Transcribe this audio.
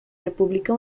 república